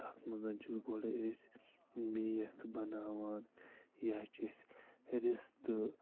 تَتھ منٛز چھِس گۄڈَے أسۍ میٖتھ بَناوان یا چھِ أسۍ رِستہٕ